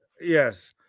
yes